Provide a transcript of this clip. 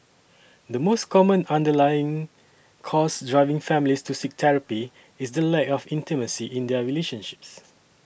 the most common underlying cause driving families to seek therapy is the lack of intimacy in their relationships